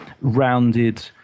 rounded